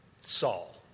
Saul